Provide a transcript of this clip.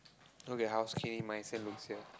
okay at how skinny myself looks here